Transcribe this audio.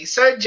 Sir